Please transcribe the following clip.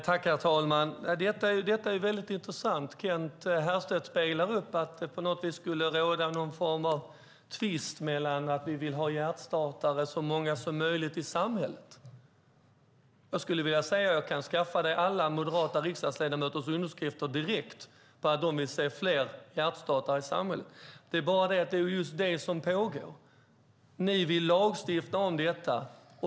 Herr talman! Detta är väldigt intressant. Kent Härstedt försöker göra gällande att det skulle råda någon form av tvist om hur många hjärtstartare det bör finnas i samhället. Jag kan skaffa dig alla moderata riksdagsledamöters underskrifter på att de vill ha fler hjärtstartare i samhället. Men det är just den utvecklingen som pågår. Ni vill lagstifta om detta.